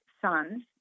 sons